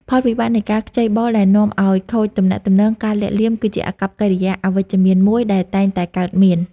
ផលវិបាកនៃការខ្ចីបុលដែលនាំឲ្យខូចទំនាក់ទំនង ការលាក់លៀម គឺជាអាកប្បកិរិយាអវិជ្ជមានមួយដែលតែងតែកើតមាន។